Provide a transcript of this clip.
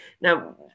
Now